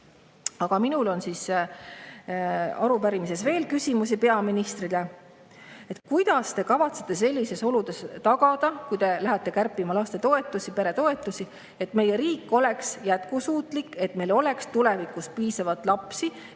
minul on arupärimises veel küsimusi peaministrile. Kuidas te kavatsete sellistes oludes tagada, kui te lähete kärpima lastetoetusi, peretoetusi, et meie riik oleks jätkusuutlik, et meil oleks tulevikus piisavalt lapsi,